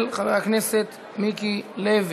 של חבר הכנסת מיקי לוי.